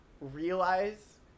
realize